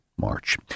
March